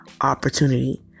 opportunity